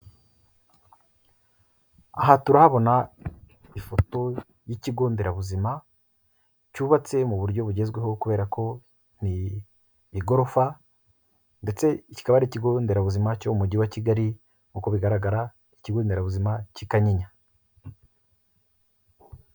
Aha turahabona ifoto y'ikigo nderabuzima, cyubatse mu buryo bugezweho kubera ko ni igorofa, ndetse kikaba ari kigo nderabuzima cyo mu mujyi wa Kigali, nk'uko bigaragara, ikigo nderabuzima k'ikanyinya.